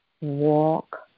Walk